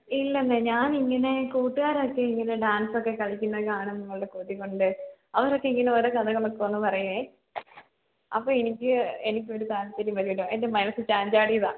ഇല്ലന്നെ ഞാൻ ഇങ്ങനെ കൂട്ടുകാരൊക്കെ ഇങ്ങനെ ഡാൻസൊക്കെ കളിക്കുന്നത് കാണുമ്പോൾ ഉള്ള കൊതികൊണ്ട് അവരൊക്കെ ഇങ്ങനെ ഓരോ കഥകളൊക്കെ വന്ന് പറയുകയും അപ്പോൾ എനിക്ക് എനിക്കൊരു താല്പര്യം വരുവല്ലോ എൻ്റെ മനസ്സ് ചാഞ്ചാടിയതാണ്